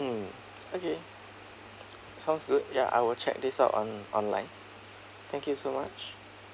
mm okay sounds good ya I will check this out on online thank you so much